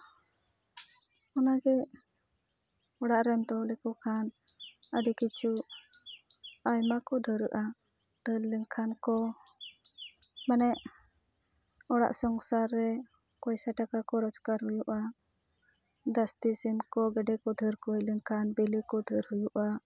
ᱚᱱᱟᱜᱮ ᱚᱲᱟᱜ ᱨᱮᱢ ᱫᱚᱦᱚ ᱞᱮᱠᱚ ᱠᱷᱟᱱ ᱟᱹᱰᱤ ᱠᱤᱪᱷᱩ ᱟᱭᱢᱟ ᱠᱚ ᱰᱷᱮᱹᱨᱚᱜᱼᱟ ᱫᱷᱟᱹᱨ ᱞᱮᱱᱠᱷᱟᱱ ᱠᱚ ᱢᱟᱱᱮ ᱚᱲᱜ ᱥᱚᱝᱥᱟᱨ ᱨᱮ ᱯᱚᱭᱥᱟ ᱴᱟᱠᱟ ᱠᱚ ᱨᱚᱡᱜᱟᱨ ᱦᱩᱭᱩᱜᱼᱟ ᱡᱟᱥᱛᱤ ᱥᱤᱢ ᱠᱚ ᱜᱮᱰᱮ ᱠᱚ ᱫᱷᱟᱹᱨ ᱠᱚ ᱦᱩᱭ ᱞᱮᱱᱠᱷᱟᱱ ᱵᱤᱞᱤ ᱠᱚ ᱫᱷᱮᱹᱨ ᱦᱩᱭᱩᱜᱼᱟ